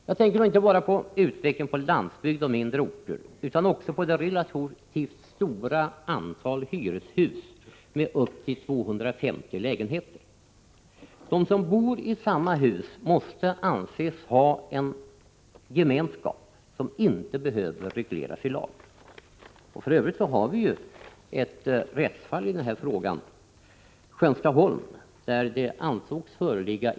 Jag tänker då inte bara på utvecklingen på landsbygd och mindre orter, utan också på det relativt stora antalet hyreshus med upp till 250 lägenheter. De som bor i samma hus måste anses ha en gemenskap som inte behöver regleras i lag. För övrigt har vi ju ett tidigare rättsfall i frågan, Skönstaholm, där intressegemenskap ansågs föreligga.